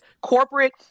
corporate